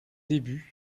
débuts